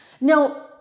now